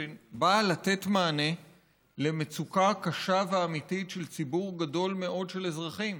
שבאה לתת מענה למצוקה קשה ואמיתית של ציבור גדול מאוד של אזרחים.